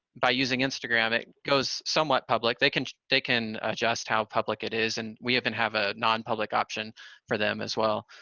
by using instagram, it goes somewhat public. they can they can adjust how public it is, and we even have a non-public option for them as well,